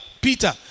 Peter